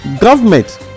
government